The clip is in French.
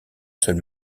seul